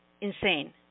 insane